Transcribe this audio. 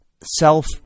self